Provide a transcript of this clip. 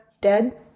dead